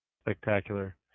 Spectacular